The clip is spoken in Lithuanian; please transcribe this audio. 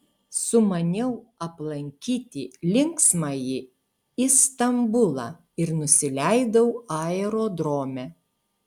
sumaniau aplankyti linksmąjį istambulą ir nusileidau aerodrome